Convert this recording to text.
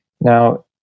Now